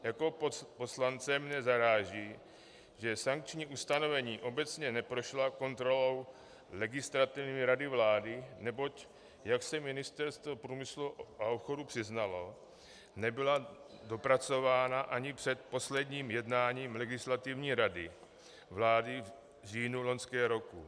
Jako poslance mě zaráží, že sankční ustanovení obecně neprošla kontrolou Legislativní rady vlády, neboť jak se Ministerstvo průmyslu a obchodu přiznalo, nebyla dopracována ani před posledním jednáním Legislativní rady vlády v říjnu loňského roku.